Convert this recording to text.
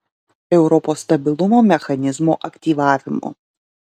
europos stabilumo mechanizmo aktyvavimo